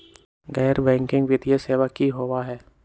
गैर बैकिंग वित्तीय सेवा की होअ हई?